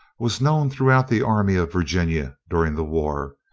was known throughout the army of virginia, during the war,